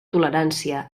tolerància